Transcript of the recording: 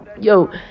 Yo